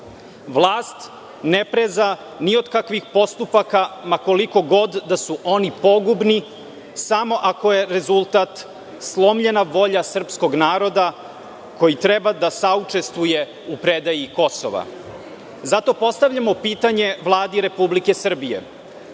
Vlast ne preza ni od kakvih postupaka ma koliko god da su oni pogubni, samo ako je rezultat slomljena volja srpskog naroda koji treba da saučestvuje u predaji Kosova. Zato postavljamo pitanje Vladi Republike Srbije